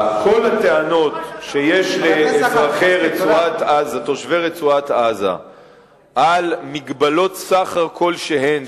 כל הטענות שיש לתושבי רצועת-עזה על מגבלות סחר כלשהן,